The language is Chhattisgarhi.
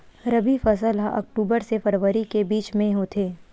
रबी फसल हा अक्टूबर से फ़रवरी के बिच में होथे